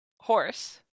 Horse